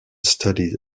studied